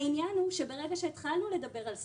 העניין הוא שברגע שהתחלנו לדבר על סגר,